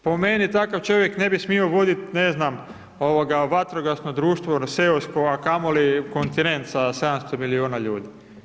Po meni takav čovjek ne bi smio vodit ne znam ovoga vatrogasno društvo ono seosko, a kamoli kontinent sa 700 milijuna ljudi.